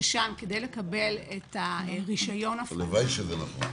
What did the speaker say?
ושם, כדי לקבל את הרישיון --- הלוואי שזה נכון.